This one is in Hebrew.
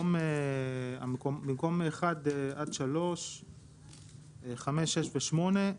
שבמקום 1 עד 3, 5, 6 ו-8,